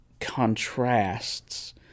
contrasts